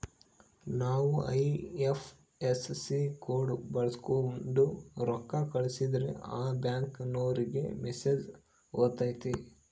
ನಾವು IFSC code ಬಳಕ್ಸೋಂಡು ರೊಕ್ಕ ಕಳಸಿದ್ರೆ ಆ ಬ್ಯಾಂಕಿನೋರಿಗೆ ಮೆಸೇಜ್ ಹೊತತೆ